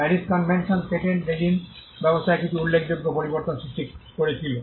Paris convention patent regime ব্যবস্থায় কিছু উল্লেখযোগ্য পরিবর্তন সৃষ্টি করেছিল